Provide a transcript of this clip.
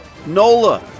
nola